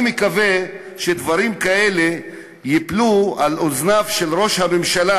אני מקווה שדברים כאלה ייפלו על אוזניו של ראש הממשלה,